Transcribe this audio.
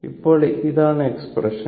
അപ്പോൾ ഇതാണ് എക്സ്പ്രെഷൻ